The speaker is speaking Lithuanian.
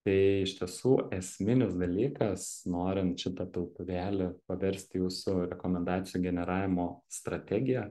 tai iš tiesų esminis dalykas norint šitą piltuvėlį paversti jūsų rekomendacijų generavimo strategija